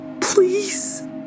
please